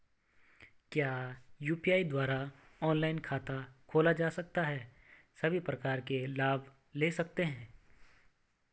क्या यु.पी.आई द्वारा ऑनलाइन खाता खोला जा सकता है सभी प्रकार के लाभ ले सकते हैं?